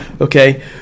Okay